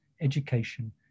education